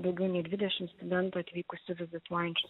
daugiau nei dvidešimt studentų atvykusių vizituojančių